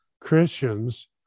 Christians